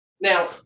Now